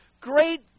great